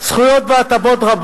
עד חוק זה,